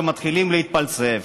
ומתחילים להתפלסף.